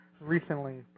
recently